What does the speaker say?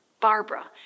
Barbara